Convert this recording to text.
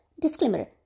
Disclaimer